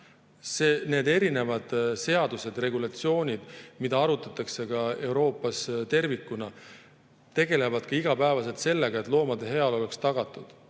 Need erinevad seadused, regulatsioonid, mida arutatakse ka Euroopas tervikuna, tegelevad igapäevaselt sellega, et loomade heaolu oleks tagatud,